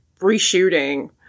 reshooting